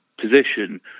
position